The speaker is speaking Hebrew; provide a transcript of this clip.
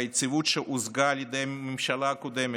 היציבות שהושגה על ידי הממשלה הקודמת,